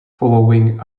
following